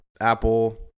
Apple